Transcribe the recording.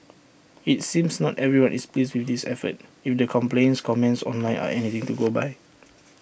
IT seems not everyone is pleased with this effort if the complaints comments online are anything to go by